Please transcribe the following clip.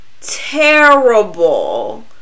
terrible